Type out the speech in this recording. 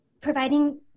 providing